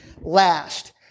last